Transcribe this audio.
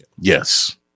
Yes